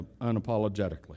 unapologetically